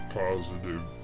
positive